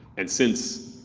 and since,